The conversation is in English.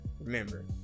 Remember